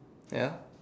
ya